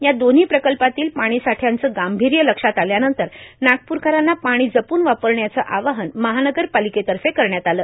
या दोन्ही प्रकल्पातील पाणीसाठ्याचं गांभीर्य लक्षात आल्यानंतर त्यांनी नागपूरकरांना पाणी जपून वापरण्याचे आवाहन महानगर पालिका तर्फे करण्यात आलं